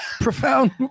profound